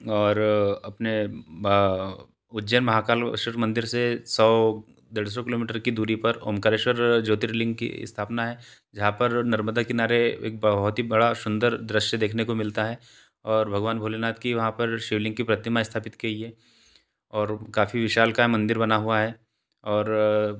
और अपने बा उज्जैन महाकालेश्वर मंदिर से सौ डेढ़ सौ किलोमीटर की दूरी पर ओंकारेश्वर ज्योतिर्लिंग की स्थापना है जहाँ पर नर्मदा किनारे एक बहुत ही बड़ा सुंदर दृश्य देखने को मिलता है और भगवान भोलेनाथ की वहाँ पर शिव लिंग की प्रतिमा इस्थापित की गई है और काफ़ी विशालकाय मंदिर बना हुआ है और